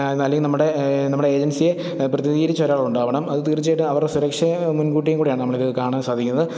അല്ലെങ്കിൽ നമ്മുടെ നമ്മുടെ ഏജൻസിയെ പ്രധിനിധീകരിച്ച് ഒരാളുണ്ടാവണം അത് തീർച്ചയായിട്ടും അവരുടെ സുരക്ഷയെ മുൻകൂട്ടിയും കൂടിയാണ് നമ്മളിത് കാണാൻ സാധിക്കുന്നത്